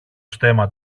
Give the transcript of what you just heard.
στέμμα